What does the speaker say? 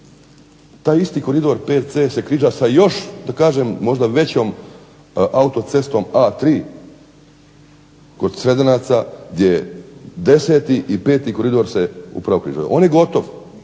taj isti koridor VC se križa sa još da kažem možda većom autocestom A3 kod Sredanaca gdje X i V koridor se upravo …/Ne razumije se./… On je gotov,